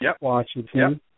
Washington